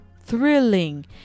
thrilling